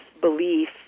belief